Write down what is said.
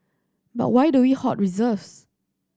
but why do we hoard reserves